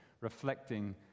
reflecting